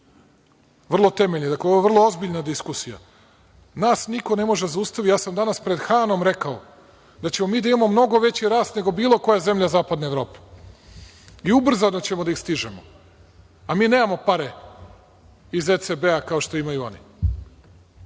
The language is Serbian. govorili. Ovo je vrlo ozbiljna diskusija. Nas niko ne može da zaustavi. Ja sam danas pred Hanom rekao da ćemo mi da imamo mnogo veći rast nego bilo koja zemlja zapadne Evrope. I ubrzano ćemo da ih stižemo. A mi nemamo pare iz OECD-a kao što imaju oni.